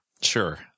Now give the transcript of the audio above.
Sure